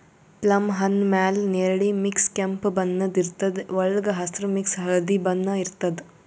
plum ಹಣ್ಣ್ ಮ್ಯಾಲ್ ನೆರಳಿ ಮಿಕ್ಸ್ ಕೆಂಪ್ ಬಣ್ಣದ್ ಇರ್ತದ್ ವಳ್ಗ್ ಹಸ್ರ್ ಮಿಕ್ಸ್ ಹಳ್ದಿ ಬಣ್ಣ ಇರ್ತದ್